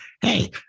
hey